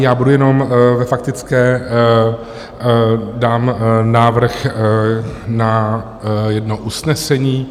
Já budu jenom ve faktické, dám návrh na jedno usnesení.